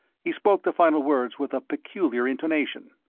he spoke the final words with a peculiar intonation.